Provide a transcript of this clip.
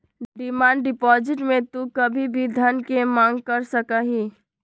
demand deposit में तू कभी भी धन के मांग कर सका हीं